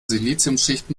siliziumschicht